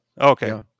Okay